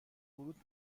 ورود